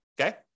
okay